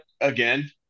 again